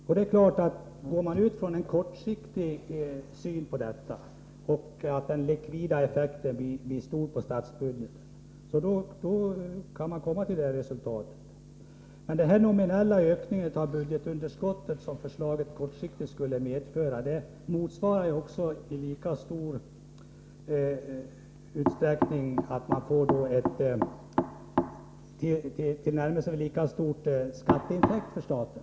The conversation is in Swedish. Om man ser kortsiktigt på detta, kan man naturligtvis komma fram till att den likvida effekten på statsbudgeten blir stor, men den nominella ökning av budgetunderskottet som förslaget kortsiktigt skulle medföra uppvägs ju av att man skulle få in motsvarande belopp i skatteintäkter till staten.